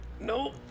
Nope